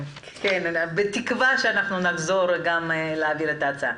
בתקווה שנחזור להעביר את ההצעה.